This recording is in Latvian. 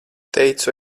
teicu